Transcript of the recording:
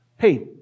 Hey